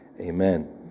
Amen